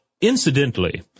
incidentally